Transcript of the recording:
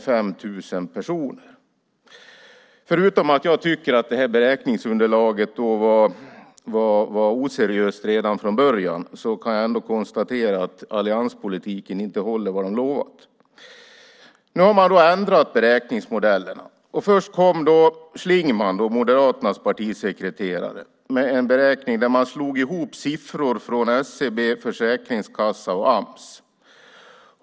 Förutom att jag tycker att detta beräkningsunderlag var oseriöst redan från början kan jag konstatera att allianspolitiken inte håller vad den lovat. Nu har man ändrat beräkningsmodellerna. Först kom Schlingmann, Moderaternas partisekreterare, med en beräkning där man slog ihop siffror från SCB, Försäkringskassan och Ams.